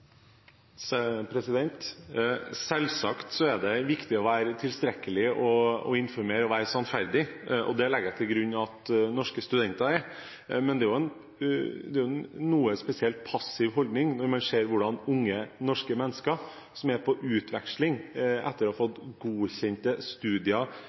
Selvsagt er det viktig å informere tilstrekkelig og være sannferdig, og det legger jeg til grunn at norske studenter er. Men det er jo en noe spesiell, passiv holdning når man ser hvordan unge, norske mennesker som er på utveksling, blir behandlet – etter å ha fått godkjent studier